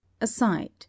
aside